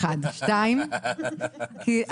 זה אחד.